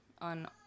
on